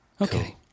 Okay